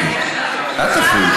אל תפריעו.